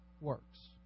works